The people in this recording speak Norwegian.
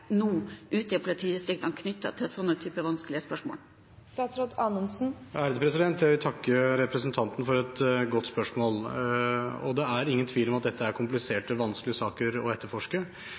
nå ute i politidistriktene knyttet til sånne typer vanskelige spørsmål? Jeg vil takke representanten for et godt spørsmål. Det er ingen tvil om at dette er kompliserte og vanskelige saker å etterforske,